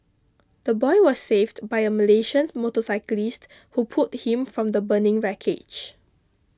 the boy was saved by a Malaysian motorcyclist who pulled him from the burning wreckage